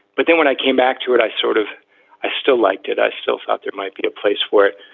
but then when i came back to it, i sort of i still liked it. i still thought there might be a place for it.